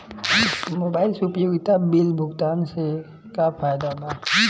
Mobile से उपयोगिता bill भुगतान से का फायदा बा?